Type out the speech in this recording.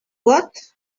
what